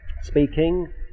speaking